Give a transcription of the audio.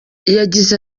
yagize